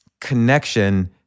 connection